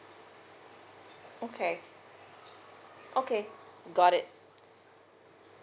okay okay got it